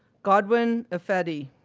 godwin ifedi,